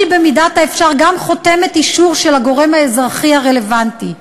במידת האפשר גם חותמת אישור של הגורם האזרחי הרלוונטי.